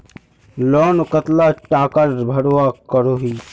Loan कतला टाका भरवा करोही?